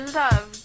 love